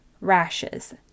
rashes